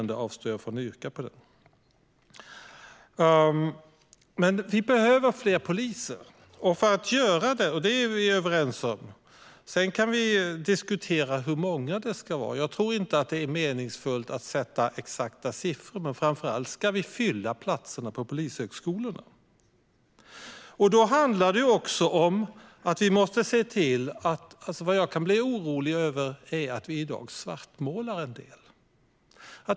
Det behövs fler poliser, och det är vi överens om. Sedan kan vi diskutera hur många det behövs. Jag tror inte att det är meningsfullt att fastställa exakta siffror. Vi ska framför allt fylla platserna på polishögskolorna. Jag är orolig över att man i dag svartmålar en del.